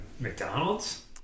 McDonald's